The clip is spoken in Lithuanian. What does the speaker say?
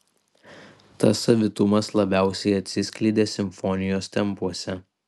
tas savitumas labiausiai atsiskleidė simfonijos tempuose